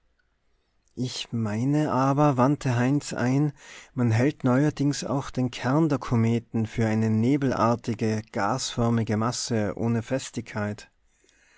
ich meine aber wandte heinz ein man hält neuerdings auch den kern der kometen für eine nebelartige gasförmige masse ohne festigkeit